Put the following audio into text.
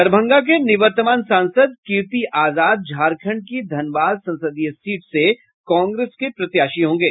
दरभंगा के निवर्तमान सांसद कीर्ति आजाद झारखंड की धनबाद संसदीय सीट से कांग्रेस के प्रत्याशी होंगे